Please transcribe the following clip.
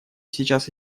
сейчас